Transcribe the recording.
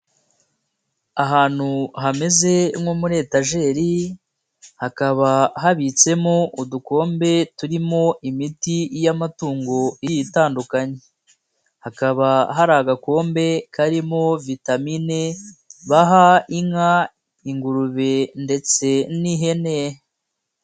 Ahantu hameze nko muri etajeri hakaba habitsemo udukombe turimo imiti y'amatungo igiye itandukanye hakaba hari agakombe karimo vitamine baha inka, ingurube ndetse n'ihene.